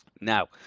Now